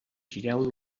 gireu